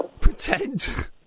pretend